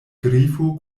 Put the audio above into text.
grifo